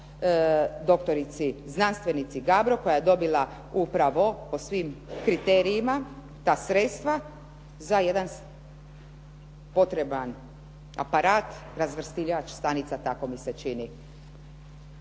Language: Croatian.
doktorici, znanstvenici Gabro koja je dobila upravo po svim kriterijima ta sredstva za jedan potreban aparat razvrstivač stanica tako mi se čini.